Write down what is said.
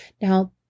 Now